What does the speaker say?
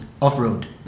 off-road